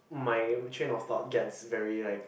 my train of thought gets very like